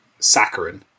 saccharin